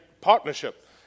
partnership